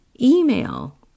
Email